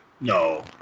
no